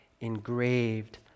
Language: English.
engraved